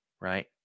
right